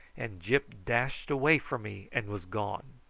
and gyp dashed away from me and was gone.